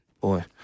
Boy